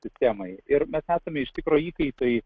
sistemai ir mes esame iš tikro įkaitai